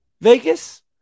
Vegas